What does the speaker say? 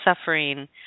suffering